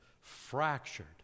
fractured